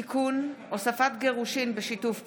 (תיקון, הוספת גירושין בשיתוף פעולה),